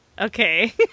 Okay